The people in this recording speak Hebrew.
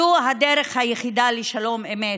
זו הדרך היחידה לשלום אמת.